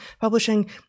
publishing